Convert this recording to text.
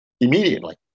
immediately